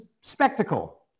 spectacle